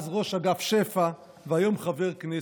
אז ראש אגף שפ"ע והיום חבר כנסת.